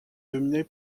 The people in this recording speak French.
dominée